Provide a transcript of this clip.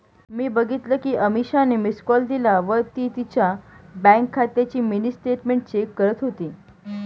मी बघितल कि अमीषाने मिस्ड कॉल दिला व ती तिच्या बँक खात्याची मिनी स्टेटमेंट चेक करत होती